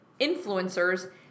influencers